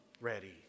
ready